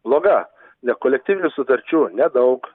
bloga nekolektyvinių sutarčių nedaug